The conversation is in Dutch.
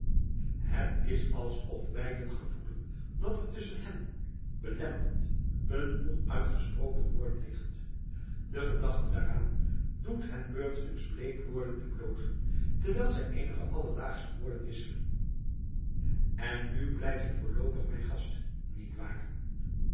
het is alsof beiden gevoelen dat er tusschen hen belemmerend een onuitgesproken woord ligt de gedachte daaraan doet hen beurtelings bleek worden en blozen terwijl zij eenige alledaagsche woorden wisselen en nu blijf je voorloopig mijn gast niet waar